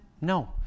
no